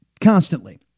constantly